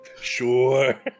Sure